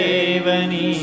Devani